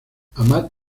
amat